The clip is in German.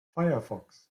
firefox